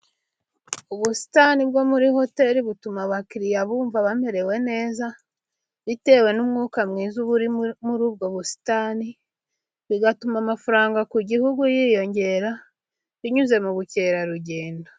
Ubusitani bwo muri hoteri butuma abakiriya bumva bamerewe neza, bitewe n'umwuka mwiza uba muri ubwo busitani, bigatuma amafaranga ku gihugu yiyongera binyuze mu bukerarugendo.